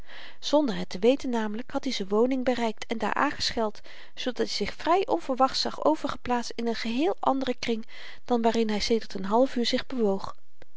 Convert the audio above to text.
zonder het te weten namelyk had i z'n woning bereikt en daar aangescheld zoodat hy zich vry onverwachts zag overgeplaatst in n geheel anderen kring dan waarin hy sedert n half uur zich bewoog